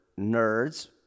nerds